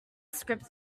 scripts